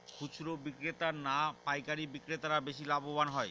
খুচরো বিক্রেতা না পাইকারী বিক্রেতারা বেশি লাভবান হয়?